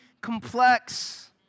complex